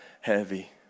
heavy